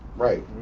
right.